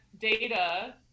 data